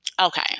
Okay